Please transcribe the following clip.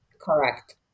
Correct